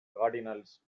cardinals